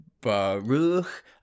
Baruch